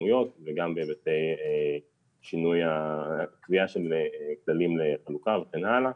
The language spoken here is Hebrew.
הכמויות וגם בהיבטי שינוי קביעת כללי החלוקה וכן הלאה,